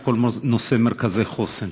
את כל נושא מרכזי החוסן.